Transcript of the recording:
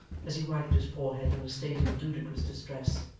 as he wiped his forehead in a state of ludicrous distress,